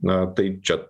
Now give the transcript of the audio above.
na tai čia